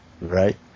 Right